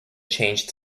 changed